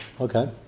Okay